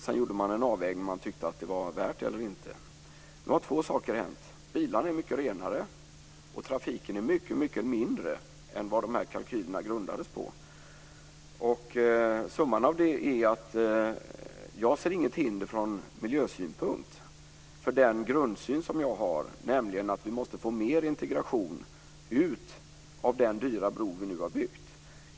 Sedan gjorde man en avvägning av om bygget var värt detta eller inte. Nu har två saker hänt. Bilarna är nu mycket renare, och trafiken är mycket mindre än vad dessa kalkyler grundades på. Summan av detta är att jag inte från miljösynpunkt ser något hinder för den grundsyn som jag har, nämligen att vi måste få ut mer av integration av den dyra bro som vi nu har byggt.